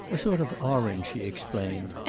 a sort of orange, she explained.